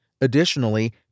Additionally